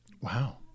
Wow